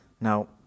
Now